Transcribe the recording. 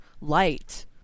Light